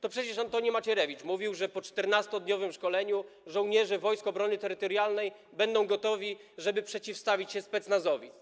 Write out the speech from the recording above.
To przecież Antoni Macierewicz mówił, że po 14-dniowym szkoleniu żołnierze Wojsk Obrony Terytorialnej będą gotowi, żeby przeciwstawić się specnazowi.